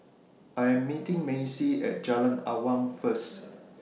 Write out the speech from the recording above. I'm meeting Macy At Jalan Awan First